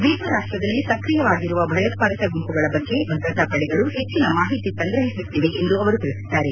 ದ್ವೀಪ ರಾಷ್ಟದಲ್ಲಿ ಸಕ್ರಿಯವಾಗಿರುವ ಭಯೋತ್ಪಾದಕ ಗುಂಪುಗಳ ಬಗ್ಗೆ ಭದ್ರತಾ ಪಡೆಗಳು ಹೆಚ್ಚಿನ ಮಾಹಿತಿ ಸಂಗ್ರಹಿಸುತ್ತಿವೆ ಎಂದು ಅವರು ತಿಳಿಸಿದ್ದಾರೆ